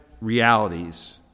realities